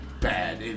bad